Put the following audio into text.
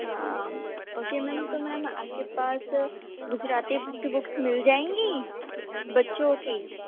ہاں okay ma'am تو ma'am آپ کے پاس گجراتی کی بکس مل جائیں گی بچوں کی